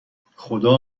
خدا